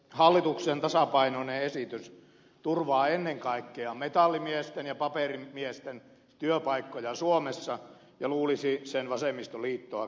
hallituksen tasapainoinen esitys turvaa ennen kaikkea metallimiesten ja paperimiesten työpaikkoja suomessa ja luulisi sen vasemmistoliittoakin kiinnostavan